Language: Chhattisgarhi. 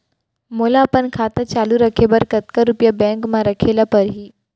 मोला अपन खाता चालू रखे बर कतका रुपिया बैंक म रखे ला परही?